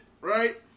right